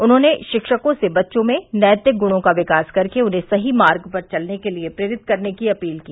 उन्होंने शिक्षकों से बच्चों में नैतिक गुणों का विकास कर के उन्हे सही मार्ग पर चलने के लिए प्रेरित करने की अपील की